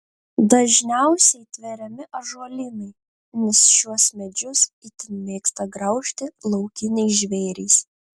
dažniausiai tveriami ąžuolynai nes šiuos medžius itin mėgsta graužti laukiniai žvėrys